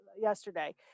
yesterday